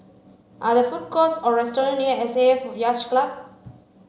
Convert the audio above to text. are there food courts or restaurants near S A F Yacht Club